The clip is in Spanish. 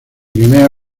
crimea